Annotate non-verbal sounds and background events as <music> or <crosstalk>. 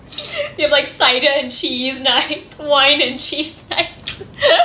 we have like cider and cheese night wine and cheese night <laughs>